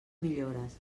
millores